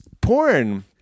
porn